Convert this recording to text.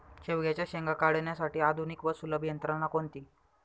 शेवग्याच्या शेंगा काढण्यासाठी आधुनिक व सुलभ यंत्रणा कोणती?